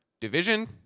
division